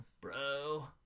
Bro